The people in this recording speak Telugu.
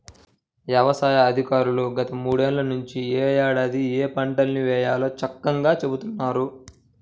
యవసాయ అధికారులు గత మూడేళ్ళ నుంచి యే ఏడాది ఏయే పంటల్ని వేయాలో చక్కంగా చెబుతున్నారు